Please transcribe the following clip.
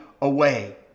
away